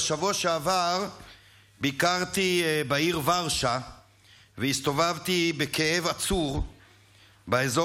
בשבוע שעבר ביקרתי בעיר ורשה והסתובבתי בכאב עצור באזור